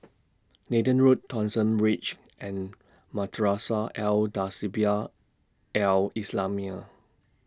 Nathan Road Thomson Ridge and Madrasah Al Tahzibiah Al Islamiah